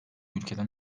ülkeden